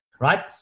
right